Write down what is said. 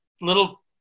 Little